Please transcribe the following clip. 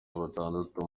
batandatu